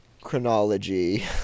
chronology